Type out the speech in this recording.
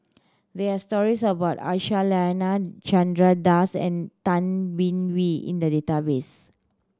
there are stories about Aisyah Lyana Chandra Das and Tay Bin Wee in the database